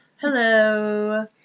hello